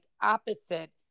opposite